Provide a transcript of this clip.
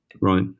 Right